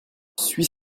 suis